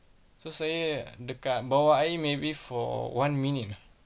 so saya dekat bawah air maybe for one minute ah